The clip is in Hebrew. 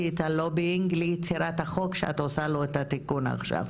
את הלובינג ליצירת החוק שאת עושה לו את התיקון עכשיו.